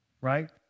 right